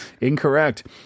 Incorrect